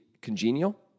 congenial